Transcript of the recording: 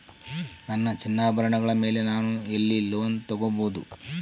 ನನ್ನ ಚಿನ್ನಾಭರಣಗಳ ಮೇಲೆ ನಾನು ಎಲ್ಲಿ ಲೋನ್ ತೊಗೊಬಹುದು?